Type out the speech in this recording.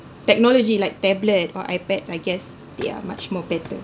technology like tablet or ipads I guess they are much more better